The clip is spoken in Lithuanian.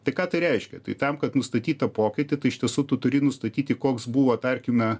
tai ką tai reiškia tai tam kad nustatyt tą pokytį tu iš tiesų tu turi nustatyti koks buvo tarkime